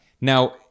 Now